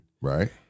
Right